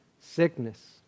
sickness